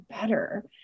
better